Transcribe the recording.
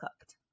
cooked